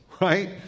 right